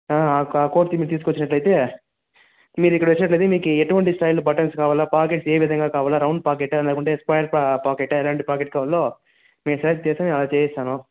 ఆ కోట్ మీరు తీసుకు వచ్చినట్టు అయితే మీరు ఇక్కడికి వచ్చినట్టు అయితే మీకు ఎటువంటి స్టైల్లో బటన్స్ కావాలి పాకెట్స్ ఏవిధంగా కావాలి రౌండ్ ప్యాకెట్టా లేకుంటే స్క్వేర్ ప్యాకెట్టా ఎలాంటి ప్యాకెట్ కావాలో మీరు సెలెక్ట్ చేసి అలా చేయిస్తాను